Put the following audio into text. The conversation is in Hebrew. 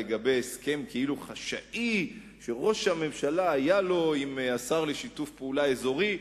לגבי הסכם כאילו חשאי שהיה לראש הממשלה עם השר לשיתוף פעולה אזורי.